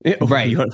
Right